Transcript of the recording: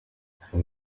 hari